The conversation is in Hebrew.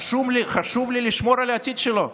חשוב לי לשמור על העתיד שלו,